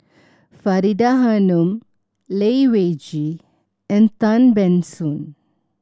Faridah Hanum Lai Weijie and Tan Ban Soon